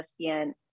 ESPN